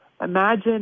Imagine